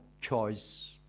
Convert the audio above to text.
choice